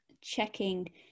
checking